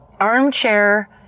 armchair